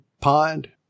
pond